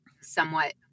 somewhat